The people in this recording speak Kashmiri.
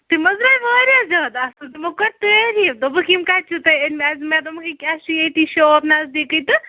تِم حظ درٛے واریاہ زیادٕ اَصٕل تِمو کٔرۍ تٲریٖف دوٚپُکھ یِم کَتہِ چھِو تۄہہِ أنمٕتۍ مےٚ دوٚپمکھ ییٚکیاہ اَسہِ چھُ ییٚتہِ شاپ نزدیٖکٕے تہٕ